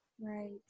right